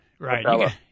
Right